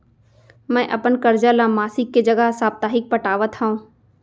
मै अपन कर्जा ला मासिक के जगह साप्ताहिक पटावत हव